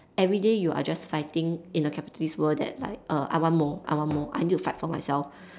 everyday you are just fighting in a capitalist world that like err I want more I want more I need to fight for myself